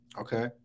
Okay